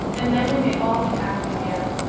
and then we may all be happy again.